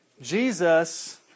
Jesus